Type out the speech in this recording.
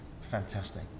fantastic